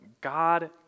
God